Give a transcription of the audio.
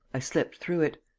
i slipped through it.